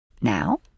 Now